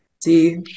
See